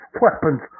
weapons